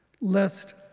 lest